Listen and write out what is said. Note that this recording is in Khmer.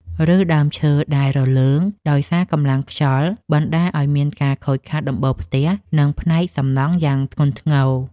ឫសដើមឈើដែលរលើងដោយសារកម្លាំងខ្យល់បណ្តាលឱ្យមានការខូចខាតដំបូលផ្ទះ និងផ្នែកសំណង់យ៉ាងធ្ងន់ធ្ងរ។